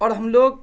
اور ہم لوگ